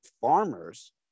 farmers